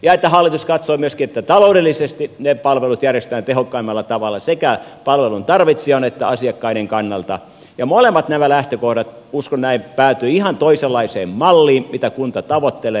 toivon että hallitus katsoo myöskin että taloudellisesti ne palvelut järjestetään tehokkaimmalla tavalla sekä palvelun tarvitsijan että asiakkaiden kannalta ja molemmat nämä lähtökohdat uskon näin päätyvät ihan toisenlaiseen malliin kuin mitä kunta tavoittelee